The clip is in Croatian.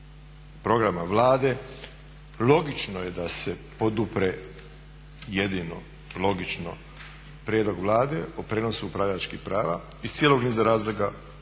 programa Vlade logično je da se podupre jedino logično prijedlog Vlade o prijenosu upravljačkih prava iz cijelog niza razloga